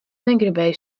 negribēju